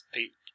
eight